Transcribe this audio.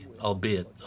albeit